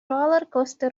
rollercoaster